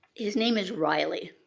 his name is riley.